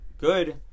good